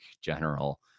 general